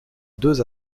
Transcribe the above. deux